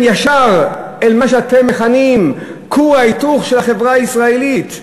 ישר אל מה שאתם מכנים כור ההיתוך של החברה הישראלית.